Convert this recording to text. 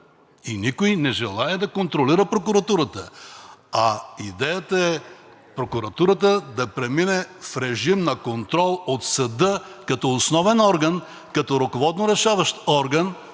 и никой не желае да контролира прокуратурата, а идеята е прокуратурата да премине в режим на контрол от съда като основен орган, като ръководно решаващ орган,